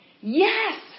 Yes